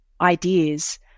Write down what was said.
ideas